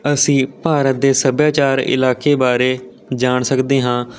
ਅਸੀਂ ਭਾਰਤ ਦੇ ਸੱਭਿਆਚਾਰ ਇਲਾਕੇ ਬਾਰੇ ਜਾਣ ਸਕਦੇ ਹਾਂ